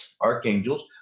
archangels